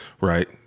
right